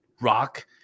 rock